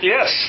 Yes